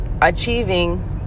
achieving